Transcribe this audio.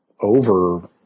over